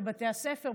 בבתי הספר,